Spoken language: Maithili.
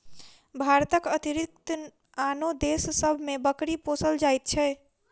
भारतक अतिरिक्त आनो देश सभ मे बकरी पोसल जाइत छै